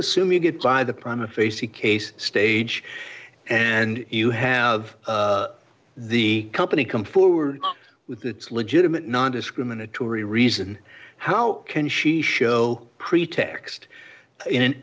assuming it by the prime of facie case stage and you have the company come forward with its legitimate nondiscriminatory reason how can she show pretext in an